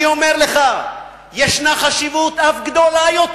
אני אומר לך שישנה חשיבות אף גדולה יותר,